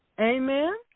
Amen